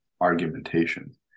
argumentation